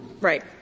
Right